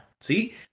See